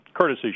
courtesy